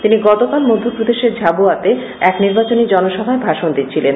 তিনি গতকাল মধ্যপ্রদেশে ঝাবুয়াতে এক নির্বাচনী জনসভায় ভাষণ দিচ্ছিলেন